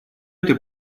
это